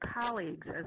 colleagues